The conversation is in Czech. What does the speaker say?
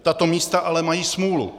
Tato místa ale mají smůlu.